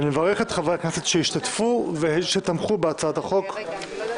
ואני מברך את חברי הכנסת שהשתתפו ושתמכו בהצעת החוק הזאת.